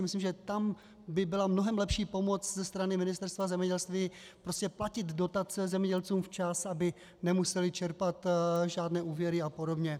Myslím, že tam by byla mnohem lepší pomoc ze strany Ministerstva zemědělství, prostě platit zemědělcům dotace včas, aby nemuseli čerpat žádné úvěry apod.